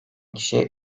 kişiye